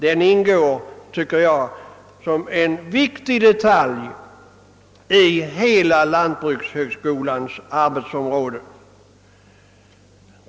Jag tycker att den ingår som en viktig detalj i hela högskolans arbetsområde.